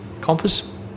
Compass